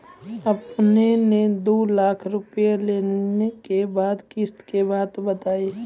आपन ने दू लाख रुपिया लेने के बाद किस्त के बात बतायी?